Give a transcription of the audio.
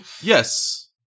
Yes